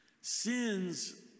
sins